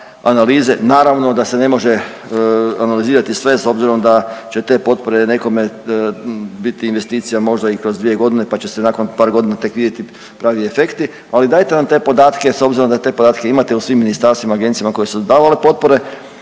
analize. Naravno da se ne može analizirati sve s obzirom da će te potpore nekome biti investicija možda i kroz dvije godine, pa će se nakon par godina tek vidjeti pravi efekti. Ali dajte nam te podatke s obzirom da te podatke imate u svim ministarstvima, agencijama koje su davale potpore